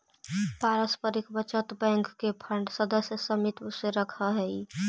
पारस्परिक बचत बैंक के फंड सदस्य समित्व से रखऽ हइ